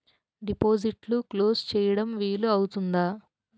డిపాజిట్లు క్లోజ్ చేయడం వీలు అవుతుందా?